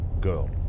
girl